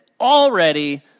already